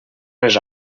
les